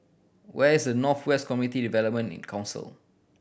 where is North West Community Development Council